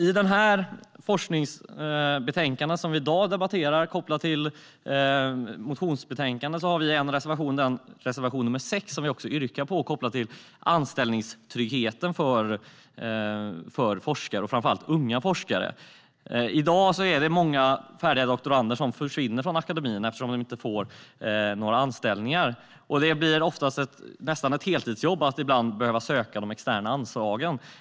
I det forskningsbetänkande vi i dag debatterar, kopplat till motionsbetänkandet, har vi en reservation. Det är reservation nr 6, som jag också yrkar bifall till, och den handlar om anställningstryggheten för forskare - framför allt unga forskare. I dag är det många färdiga doktorander som försvinner från akademin eftersom de inte får några anställningar, och det blir ofta nästan ett heltidsjobb att behöva söka de externa anslagen.